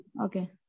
okay